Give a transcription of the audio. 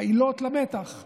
העילות למתח.